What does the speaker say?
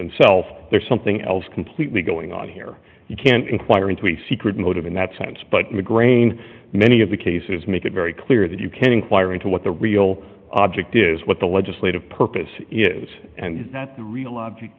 and self there's something else completely going on here you can't inquire into a secret motive in that sense but mcgrane many of the cases make it very clear that you can inquire into what the real object is what the legislative purpose is and that the real object